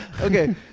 Okay